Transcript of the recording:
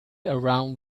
around